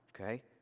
okay